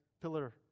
pillar